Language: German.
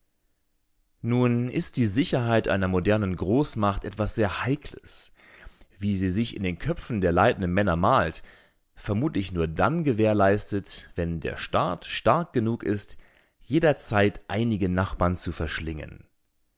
nun ist die sicherheit einer modernen großmacht etwas sehr heikles wie sie sich in den köpfen der leitenden männer malt vermutlich nur dann gewährleistet wenn der staat stark genug ist jederzeit einige nachbarn zu verschlingen